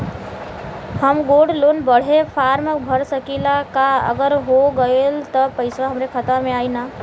हम gold loan बड़े form भर सकी ला का अगर हो गैल त पेसवा हमरे खतवा में आई ना?